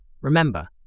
Remember